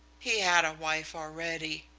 he had a wife already.